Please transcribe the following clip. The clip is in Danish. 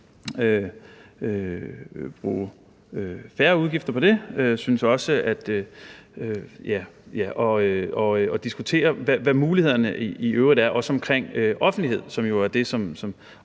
få færre udgifter til det. Jeg synes også, vi skal diskutere, hvad mulighederne i øvrigt er, også omkring offentlighed omkring de her